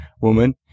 woman